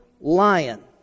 lion